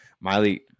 Miley